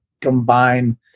combine